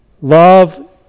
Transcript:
Love